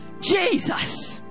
Jesus